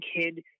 kid